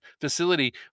facility